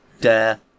dare